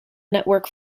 network